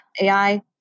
AI